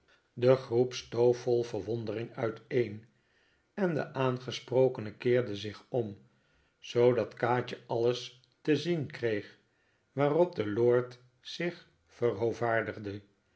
de groep stoof vol verwondering uiteen en de aangesprokene keerde zich om zoodat kaatje alles te zien kreeg waarop de lord zich